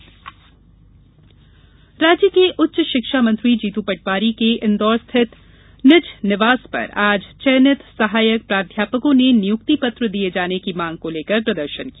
प्रदर्शन प्राध्यापक राज्य के उच्च शिक्षा मंत्री जीतू पटवारी के इंदौर स्थित निज निवास पर आज चयनित सहायक प्राध्यापकों ने नियुक्ति पत्र दिये जाने की मांग को लेकर प्रदर्शन किया